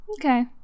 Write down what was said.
Okay